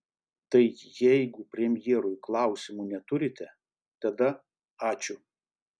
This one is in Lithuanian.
tai jeigu premjerui klausimų neturite tada ačiū